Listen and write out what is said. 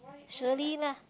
Shirley lah